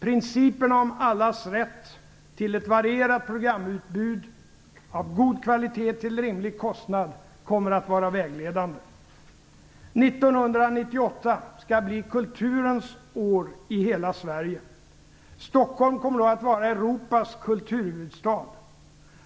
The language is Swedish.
Principen om allas rätt till ett varierat programutbud av god kvalitet till rimlig kostnad kommer att vara vägledande. 1998 skall bli kulturens år i hela Sverige. Stockholm kommer då att vara Europas kulturhuvudstad.